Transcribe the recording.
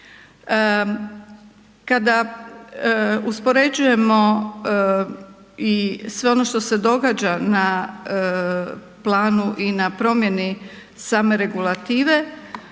Kada uspoređujemo i sve ono što se događa na planu i na promjeni same regulative,